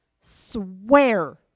swear